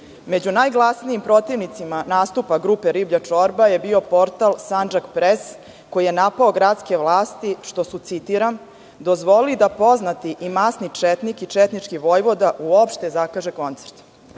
najglasnijim protivnicima nastupa grupe Riblja čorba je bio portal Sandžak pres, koji je napao gradske vlasti što su, citiram - dozvolili da poznati i masni četnik i četnički vojvoda uopšte zakaže koncert.